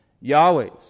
Yahweh's